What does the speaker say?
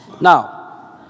Now